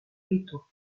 letton